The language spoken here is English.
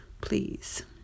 please